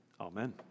Amen